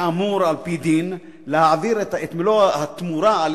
שאמור על-פי דין להעביר את מלוא התמורה על